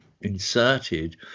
inserted